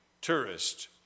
tourist